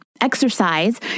Exercise